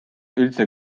üldse